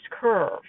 curve